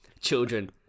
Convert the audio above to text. children